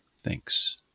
Thanks